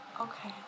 Okay